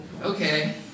Okay